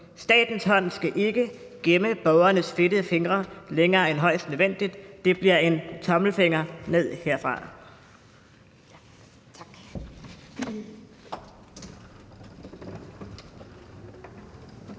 Statens hånd skal ikke gemme borgernes fedtede fingre længere end højst nødvendigt. Det bliver en tommelfinger ned herfra.